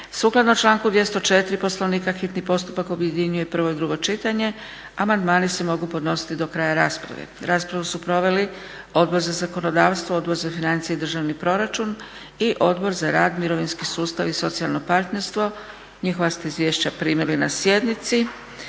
Sukladno članku 204. Poslovnika hitni postupak objedinjuje prvo i drugo čitanje. Amandmani se mogu podnositi do kraja rasprave. Raspravu su proveli Odbor za zakonodavstvo, Odbor za financije i državni proračun i Odbor za rad, mirovinski sustav i socijalno partnerstvo. Njihova ste izvješća primili na sjednici.